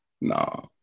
No